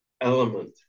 element